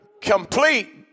Complete